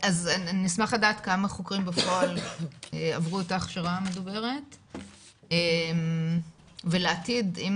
אני אשמח לדעת כמה חוקרים בפועל עברו את ההכשרה המדוברת ולעתיד אם